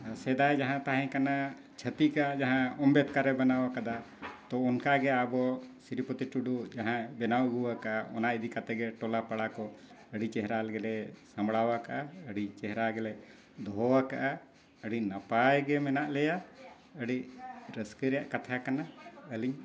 ᱥᱮᱫᱟᱭ ᱡᱟᱦᱟᱸ ᱛᱟᱦᱮᱸ ᱠᱟᱱᱟ ᱪᱷᱟᱛᱤᱠᱟᱜ ᱡᱟᱦᱟᱸ ᱟᱢᱵᱮᱫᱠᱟᱨᱮ ᱵᱮᱱᱟᱣ ᱠᱟᱫᱟ ᱛᱚ ᱚᱱᱠᱟ ᱜᱮ ᱟᱵᱚ ᱥᱨᱤᱯᱚᱛᱤ ᱴᱩᱰᱩ ᱡᱟᱦᱟᱸᱭ ᱵᱮᱱᱟᱣ ᱟᱹᱜᱩ ᱟᱠᱟᱫᱼᱟ ᱚᱱᱟ ᱤᱫᱤ ᱠᱟᱛᱮᱫ ᱜᱮ ᱴᱚᱞᱟ ᱯᱟᱲᱟ ᱠᱚ ᱟᱹᱰᱤ ᱪᱮᱦᱨᱟ ᱜᱮᱞᱮ ᱥᱟᱢᱵᱽᱲᱟᱣ ᱠᱟᱫᱼᱟ ᱟᱹᱰᱤ ᱪᱮᱦᱨᱟ ᱜᱮᱞᱮ ᱫᱚᱦᱚ ᱟᱠᱟᱫᱼᱟ ᱟᱹᱰᱤ ᱱᱟᱯᱟᱭ ᱜᱮ ᱢᱮᱱᱟᱜ ᱞᱮᱭᱟ ᱟᱹᱰᱤ ᱨᱟᱹᱥᱠᱟᱹ ᱨᱮᱭᱟᱜ ᱠᱟᱛᱷᱟ ᱠᱟᱱᱟ ᱟᱹᱞᱤᱧ